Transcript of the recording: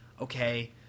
okay